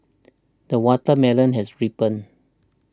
the watermelon has ripened